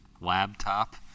laptop